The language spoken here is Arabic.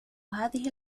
هذه